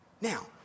Now